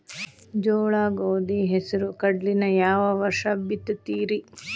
ಜೋಳ, ಗೋಧಿ, ಹೆಸರು, ಕಡ್ಲಿನ ಯಾವ ವರ್ಷ ಬಿತ್ತತಿರಿ?